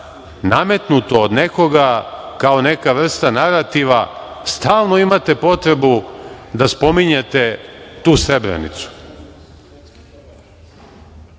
nametnuto od nekoga kao neka vrsta narativa, stalno imate potrebu da spominjete tu Srebrenicu. Sada